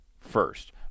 first